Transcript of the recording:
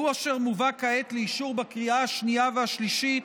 והוא אשר מובא כעת לאישור בקריאה השנייה והשלישית,